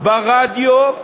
ברדיו,